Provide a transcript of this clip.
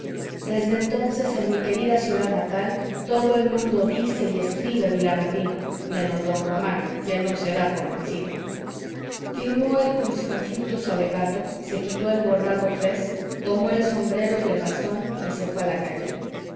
desde entonces en mi querida ciudad natal todo el mundo dice y escribe vilaverdino menos don román que no se da por vencido firmó el jurisconsulto su alegato se quitó el bordado fez tomó el sombrero y el bastón y se